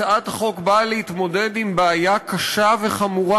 הצעת החוק באה להתמודד עם בעיה קשה וחמורה: